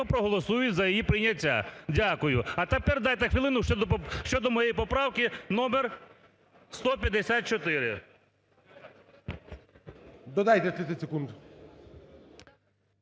проголосують за її прийняття. Дякую. А тепер дайте хвилину щодо моєї поправки номер 154. ГОЛОВУЮЧИЙ. Додайте 30 секунд.